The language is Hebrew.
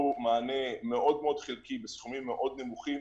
מענה חלקי מאוד בסכומים מאוד נמוכים,